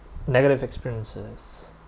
negative experiences